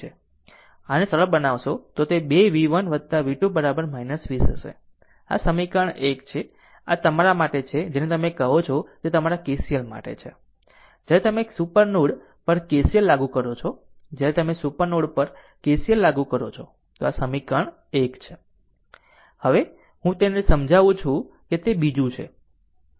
આમ જો તમે આને સરળ બનાવશો તો તે 2 v1 v2 20 હશે આ સમીકરણ 1 છે આ તમારા માટે છે જેને તમે કહો છો તે તમારા KCL માટે છે જ્યારે તમે સુપર નોડ પર KCL લાગુ કરો છો જ્યારે તમે સુપર નોડ પર KCL લાગુ કરો છો આ 1 સમીકરણ છે હવે હું તેને સમજાવું કે તે બીજું છે